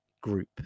group